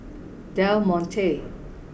Del Monte